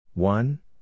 One